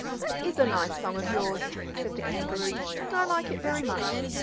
that is a nice song of yours, said the kangaroo, and i like it very much,